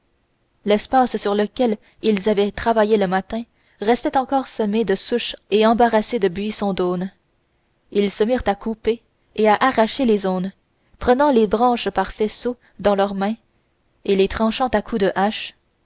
l'espace sur lequel ils avaient travaillé le matin restait encore semé de souches et embarrassé de buissons d'aunes ils se mirent à couper et à arracher les aunes prenant les branches par faisceaux dans leurs mains et les tranchant à coups de hache